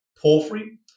Porphyry